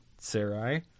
Sarai